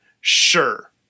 Sure